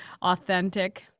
authentic